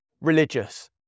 religious